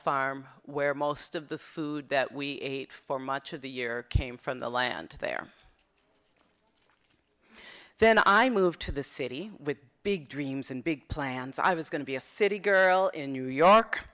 farm where most of the food that we ate for much of the year came from the land there then i moved to the city with big dreams and big plans i was going to be a city girl in new york